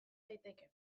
daiteke